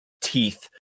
teeth